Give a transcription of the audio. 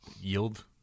yield